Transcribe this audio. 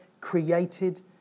created